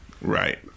right